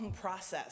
process